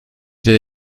der